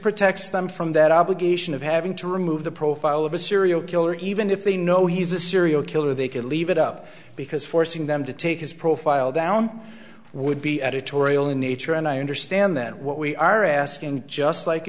protects them from that obligation of having to remove the profile of a serial killer even if they know he's a serial killer they could leave it up because forcing them to take his profile down would be editorial in nature and i understand that what we are asking just like